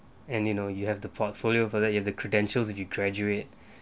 and you know you have the portfolio further you have the credentials if you graduate